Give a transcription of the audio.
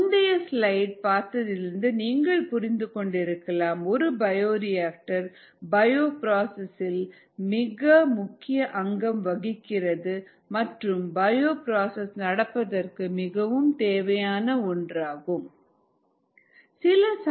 முந்தைய ஸ்லைட் பார்த்ததிலிருந்து நீங்கள் புரிந்து கொண்டிருக்கலாம் ஒரு பயோரியாக்டர் பயோ ப்ராசஸ் இல் மிக முக்கிய அங்கம் வகிக்கிறது மற்றும் பயோ ப்ராசஸ் நடப்பதற்கு மிகவும் தேவையான ஒன்றாகும் என்று